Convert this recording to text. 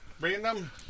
Random